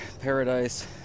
paradise